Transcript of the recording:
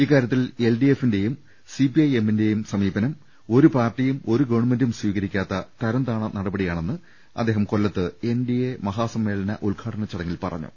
ഇക്കാര്യത്തിൽ L D എഫിന്റെയുംസി P I എമ്മിന്റെയും സമീപനം ഒരുപാർട്ടിയും ഒരു ഗവൺമെന്റും സ്വീകരിക്കാത്ത തരംതാണ നടപടിയാണെന്ന് അദ്ദേഹം കൊല്ലത്ത് എൻ ഡി എ മഹാസമ്മേ ളനം ഉദ്ഘാടന ചടങ്ങിൽ പറഞ്ഞു